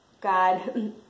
God